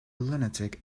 lunatic